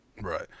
Right